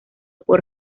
por